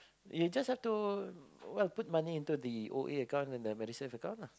you just have to well put money into the O A account and the Medisave account lah